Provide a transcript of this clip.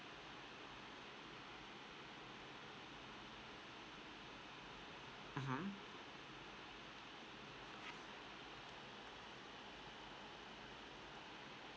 mmhmm